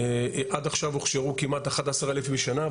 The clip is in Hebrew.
עד עכשיו הוכשרו כמעט אחד עשר אלף בשנה,